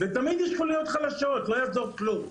תמיד יש חוליות חלשות, לא יעזור כלום.